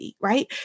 right